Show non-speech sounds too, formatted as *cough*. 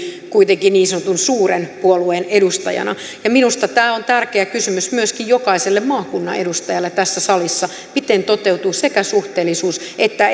kuitenkin niin sanotun suuren puolueen edustajana minusta tämä on tärkeä kysymys myöskin jokaiselle maakunnan edustajalle tässä salissa miten toteutuu sekä suhteellisuus että *unintelligible*